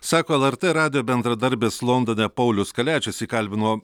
sako lrt radijo bendradarbis londone paulius kaliačius jį kalbino